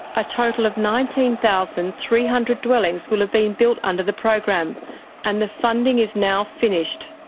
a total of nineteen thousand three hundred dwellings will have been built under the program and the funding is now finished.